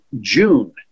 June